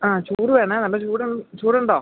ആ ചൂട് വേണം നല്ല ചൂട് ചൂടുണ്ടോ